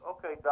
Okay